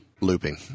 looping